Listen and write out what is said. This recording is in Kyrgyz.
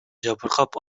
жабыркап